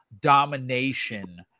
domination